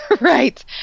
Right